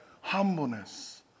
Humbleness